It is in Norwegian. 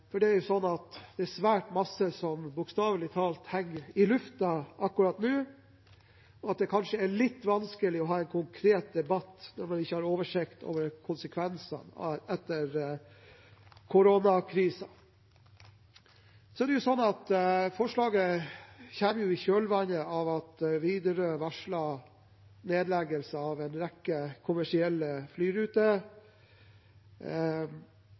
er svært mye som bokstavelig talt henger i luften akkurat nå, og det er kanskje litt vanskelig å ha en konkret debatt når man ikke har oversikt over konsekvensene etter koronakrisen. Forslaget kommer i kjølvannet av at Widerøe varslet nedleggelse av en rekke kommersielle flyruter,